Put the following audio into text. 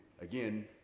again